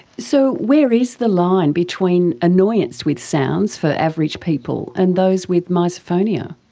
so where is the line between annoyance with sounds for average people and those with misophonia?